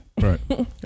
right